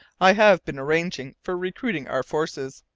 i have been arranging for recruiting our forces.